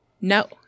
No